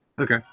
okay